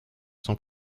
sans